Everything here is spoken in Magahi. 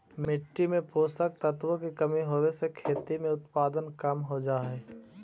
मिट्टी में पोषक तत्वों की कमी होवे से खेती में उत्पादन कम हो जा हई